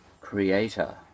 creator